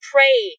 Pray